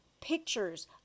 pictures